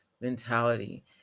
mentality